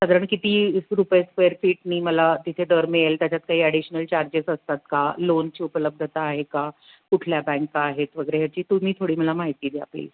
साधारण किती रुपये स्क्वेअर फीटने मला तिथे दर मिळेल त्याच्यात काही ॲडिशनल चार्जेस असतात का लोनची उपलब्धता आहे का कुठल्या बँका आहेत वगैरे ह्याची तुम्ही थोडी मला माहिती द्या प्लीज